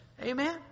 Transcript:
Amen